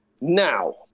now